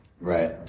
Right